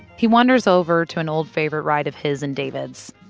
he wanders over to an old favorite ride of his and david's,